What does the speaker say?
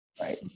right